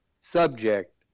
subject